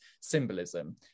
symbolism